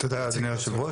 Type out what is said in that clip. תודה אדוני היו"ר,